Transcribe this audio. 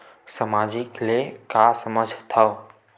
सामाजिक ले का समझ थाव?